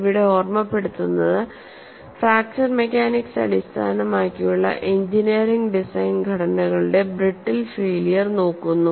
ഇവിടെ ഓർമ്മപ്പെടുത്തുന്നത് fracture mechanics അടിസ്ഥാനമാക്കിയുള്ള എഞ്ചിനീയറിംഗ് ഡിസൈൻ ഘടനകളുടെ ബ്രിട്ടിൽ ഫെയ്ലിയർ നോക്കുന്നു